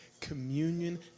communion